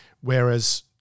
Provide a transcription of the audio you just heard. Whereas